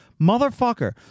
motherfucker